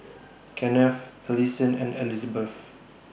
Kenneth Alison and Elizbeth